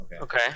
Okay